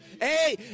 Hey